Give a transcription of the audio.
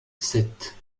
sept